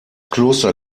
kloster